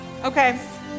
Okay